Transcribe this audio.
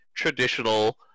traditional